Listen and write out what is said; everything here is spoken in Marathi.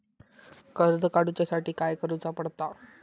कर्ज काडूच्या साठी काय करुचा पडता?